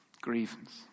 grievance